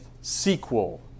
sequel